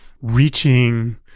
reaching